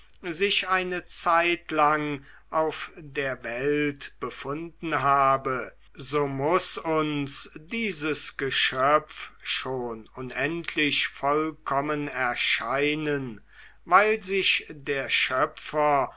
sich eine zeitlang auf der welt befunden habe so muß uns dieses geschöpf schon unendlich vollkommen erscheinen weil sich der schöpfer